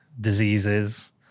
diseases